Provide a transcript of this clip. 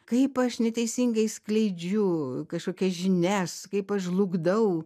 kaip aš neteisingai skleidžiu kažkokias žinias kaip aš žlugdau